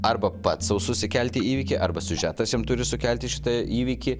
arba pats sau susikelti įvykį arba siužetas jam turi sukelti šitą įvykį